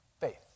Faith